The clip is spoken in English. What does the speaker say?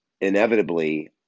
inevitably